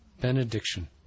benediction